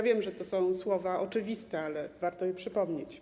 Wiem, że to są słowa oczywiste, ale warto je przypomnieć.